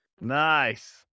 Nice